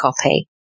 copy